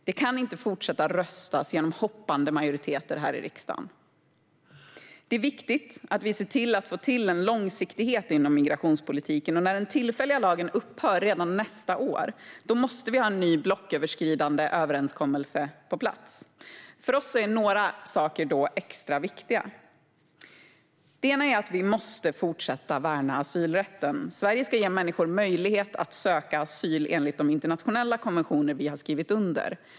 Vi kan inte fortsätta att rösta med hoppande majoriteter här i riksdagen. Det är viktigt att vi får till en långsiktighet inom migrationspolitiken. När den tillfälliga lagen upphör redan nästa år måste vi ha en ny blocköverskridande överenskommelse på plats. För oss är några saker då extra viktiga. En är att vi måste fortsätta att värna asylrätten. Sverige ska ge människor möjlighet att söka asyl enligt de internationella konventioner vi har skrivit under.